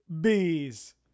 bees